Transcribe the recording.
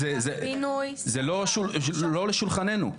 זה לא לשולחננו.